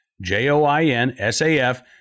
J-O-I-N-S-A-F